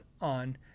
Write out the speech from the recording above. on